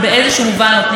בבקשה,